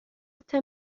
este